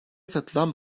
katılan